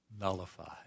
nullified